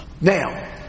Now